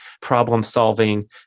problem-solving